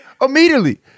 Immediately